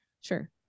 Sure